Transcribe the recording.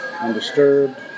Undisturbed